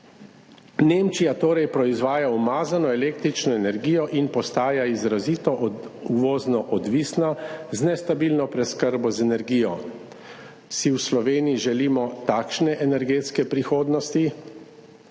Nemčija torej proizvaja umazano električno energijo in postaja izrazito uvozno odvisna, z nestabilno preskrbo z energijo. Si v Sloveniji želimo takšne energetske prihodnosti?